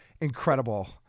incredible